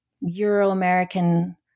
Euro-American